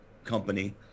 Company